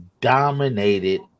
dominated